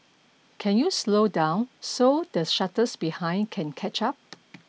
can you slow down so the shuttles behind can catch up